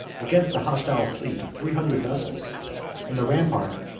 against a hostile fleet of three hundred vessels and the rampart,